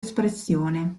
espressione